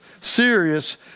serious